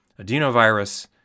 adenovirus